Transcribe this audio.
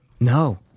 No